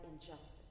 injustice